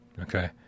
Okay